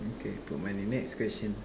okay put my name next question